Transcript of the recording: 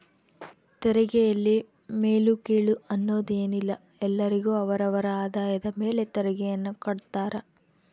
ತೆರಿಗೆಯಲ್ಲಿ ಮೇಲು ಕೀಳು ಅನ್ನೋದ್ ಏನಿಲ್ಲ ಎಲ್ಲರಿಗು ಅವರ ಅವರ ಆದಾಯದ ಮೇಲೆ ತೆರಿಗೆಯನ್ನ ಕಡ್ತಾರ